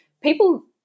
people